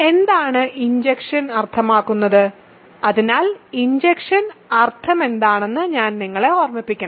എന്താണ് ഇൻജക്ഷൻ അർത്ഥമാക്കുന്നത് അതിനാൽ ഇൻജക്ഷൻ അർത്ഥമെന്താണെന്ന് ഞാൻ നിങ്ങളെ ഓർമ്മിപ്പിക്കണം